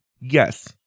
Yes